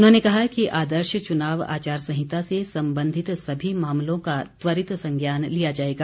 उन्होंने कहा कि आदर्श च्नाव आचार संहिता से संबंधित सभी मामलों का त्वरित संज्ञान लिया जाएगा